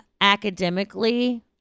academically